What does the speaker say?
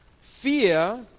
Fear